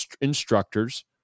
instructors